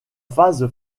phase